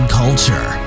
culture